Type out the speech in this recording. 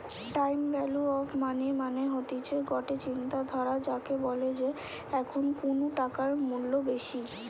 time value of money মানে হতিছে গটে চিন্তাধারা যাকে বলে যে এখন কুনু টাকার মূল্য বেশি